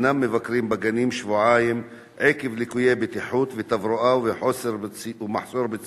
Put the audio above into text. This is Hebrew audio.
הם אינם מבקרים בגנים שבועיים עקב ליקויי בטיחות ותברואה ומחסור בציוד.